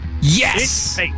Yes